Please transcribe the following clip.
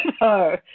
no